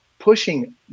Pushing